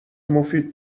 مفید